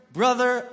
brother